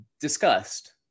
discussed